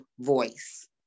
voice